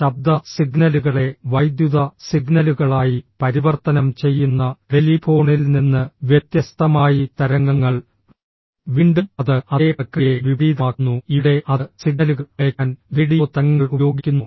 ശബ്ദ സിഗ്നലുകളെ വൈദ്യുത സിഗ്നലുകളായി പരിവർത്തനം ചെയ്യുന്ന ടെലിഫോണിൽ നിന്ന് വ്യത്യസ്തമായി തരംഗങ്ങൾ വീണ്ടും അത് അതേ പ്രക്രിയയെ വിപരീതമാക്കുന്നു ഇവിടെ അത് സിഗ്നലുകൾ അയയ്ക്കാൻ റേഡിയോ തരംഗങ്ങൾ ഉപയോഗിക്കുന്നു